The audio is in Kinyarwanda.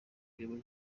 kuyobora